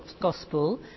Gospel